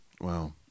Wow